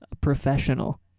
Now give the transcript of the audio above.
professional